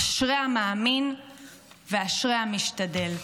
אשרי המאמין ואשרי המשתדל.